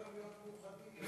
אפשר גם להיות מאוחדים לפעמים.